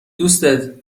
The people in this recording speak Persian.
دوستت